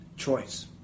Choice